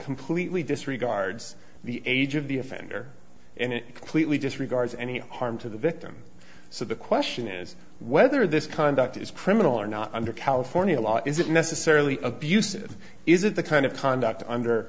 completely disregards the age of the offender and it clearly disregards any harm to the victim so the question is whether this conduct is criminal or not under california law is it necessarily abusive is it the kind of conduct under